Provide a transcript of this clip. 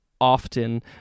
often